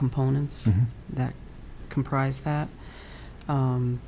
components that comprise that